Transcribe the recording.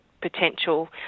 potential